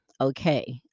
okay